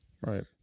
Right